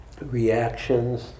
reactions